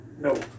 No